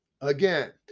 again